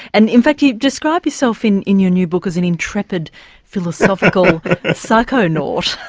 and in fact you describe yourself in in your new book as an intrepid philosophical psychonaut.